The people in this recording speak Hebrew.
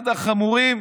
אחד החמורים